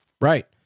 Right